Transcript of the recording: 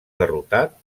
derrotat